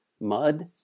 mud